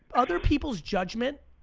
other people's judgment